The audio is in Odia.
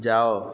ଯାଅ